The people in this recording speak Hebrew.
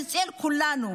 אצל כולנו.